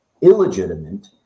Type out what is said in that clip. illegitimate